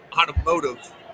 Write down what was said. Automotive